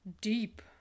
Deep